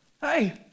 Hey